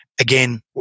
Again